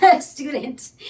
student